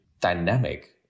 dynamic